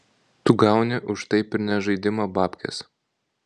tu gauni už taip ir ne žaidimą bapkes